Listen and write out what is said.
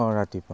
অঁ ৰাতিপুৱা